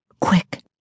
Quick